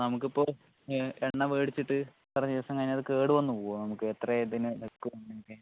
നമുക്കിപ്പോൾ എണ്ണ മേടിച്ചിട്ട് ഇത്ര ദിവസം കഴിഞ്ഞ് അത് കേട് വന്ന് പോവുക നമുക്കെത്ര ഇതിന് നിക്കും എന്നൊക്കെ